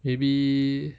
maybe